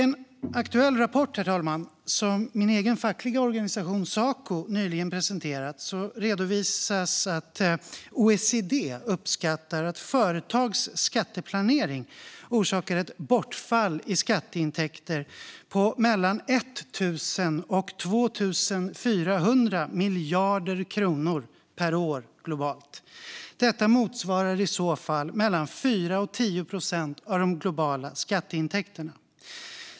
I en aktuell rapport som min fackliga organisation Saco nyligen presenterat redovisas att OECD uppskattar att företags skatteplanering orsakar ett bortfall i skatteintäkter på mellan 1 000 och 2 400 miljarder kronor per år globalt. Detta motsvarar i så fall mellan 4 och 10 procent av de globala skatteintäkterna.